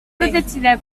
protegida